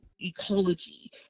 ecology